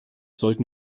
sollten